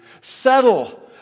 Settle